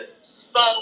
spoke